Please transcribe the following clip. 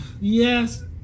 Yes